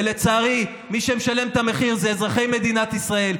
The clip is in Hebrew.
ולצערי מי שמשלם את המחיר זה אזרחי מדינת ישראל.